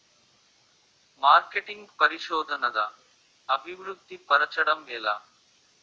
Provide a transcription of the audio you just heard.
marketing పరిశోధనదా అభివృద్ధి పరచడం ఎలా